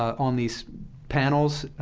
on these panels,